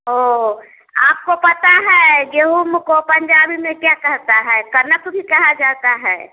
ओ आपको पता है गेहूँ को पंजाबी में क्या कहता है कनक भी कहा जाता है